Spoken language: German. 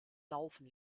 laufen